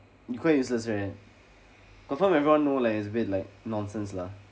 it's quite useless right confirm everyone know like it's a bit like nonsense lah